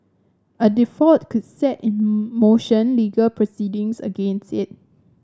a default could set in motion legal proceedings against it